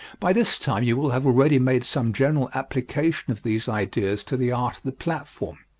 by this time you will have already made some general application of these ideas to the art of the platform,